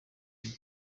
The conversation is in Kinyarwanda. iyo